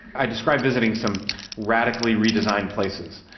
i describe visiting some radically redesigned places.